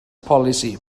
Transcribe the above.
polisi